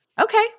okay